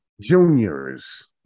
Juniors